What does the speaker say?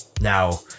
Now